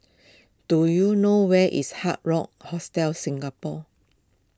do you know where is Hard Rock Hostel Singapore